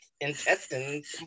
intestines